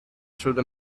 through